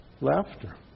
Laughter